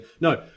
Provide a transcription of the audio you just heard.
No